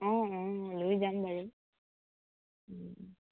অ অ লৈ যাম বাৰু